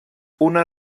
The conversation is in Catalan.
una